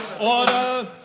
Order